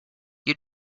you